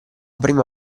prima